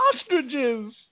ostriches